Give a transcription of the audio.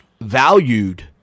valued